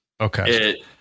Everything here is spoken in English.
Okay